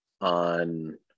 on